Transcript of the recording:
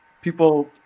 people